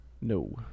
no